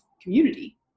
community